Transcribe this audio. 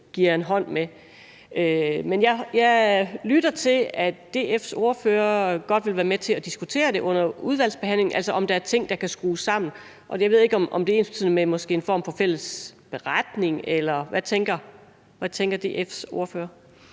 jeg lytter mig til, at DF's ordfører godt vil være med til at diskutere det under udvalgsbehandlingen, altså om der er ting, vi kan få skrues sammen. Jeg ved ikke, om det måske er ensbetydende med en form for fælles beretning – eller hvad tænker DF's ordfører?